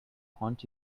haunt